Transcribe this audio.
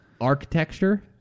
Architecture